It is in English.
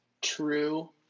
true